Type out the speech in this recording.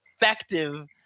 effective